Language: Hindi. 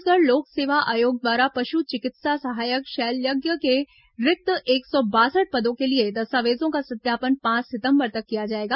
छत्तीसगढ़ लोक सेवा आयोग द्वारा पशु चिकित्सा सहायक शैल्यज्ञ के रिक्त एक सौ बासठ पदों के लिए दस्तावेजों का सत्यापन पांच सितंबर तक किया जाएगा